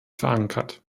verankert